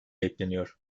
bekleniyor